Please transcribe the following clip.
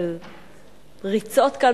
של ריצות כאן,